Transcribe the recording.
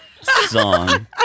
song